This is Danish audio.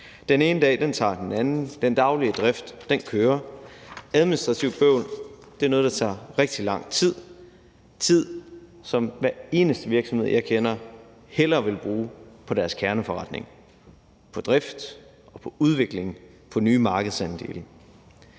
Den ene dag tager den anden; den daglige drift kører; administrativt bøvl er noget, der tager rigtig lang tid, tid, som hver eneste virksomhed, jeg kender, hellere vil bruge på deres kerneforretning – på drift, på udvikling, på nye markedsandele.